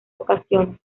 ocasiones